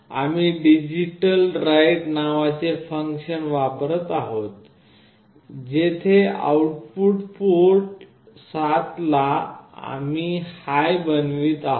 आम्ही digitalWrite नावाचे function वापरत आहोत जेथे आउटपुट पोर्ट 7 ला आम्ही हाय बनवित आहोत